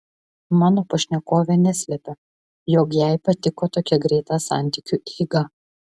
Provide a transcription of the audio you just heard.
mano pašnekovė neslepia jog jai patiko tokia greita santykiu eiga